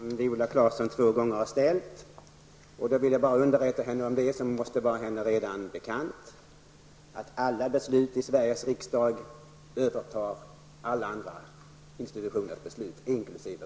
Herr talman! Jag kan lämna ett svar på den fråga som Viola Claesson två gånger har ställt. Då får jag underrätta henne om det som måste vara henne bekant, nämligen att alla beslut i Sveriges riksdag övertar alla andra institutioners beslut, inkl.